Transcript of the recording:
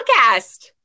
podcast